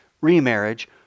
remarriage